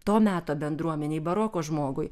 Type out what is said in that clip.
to meto bendruomenei baroko žmogui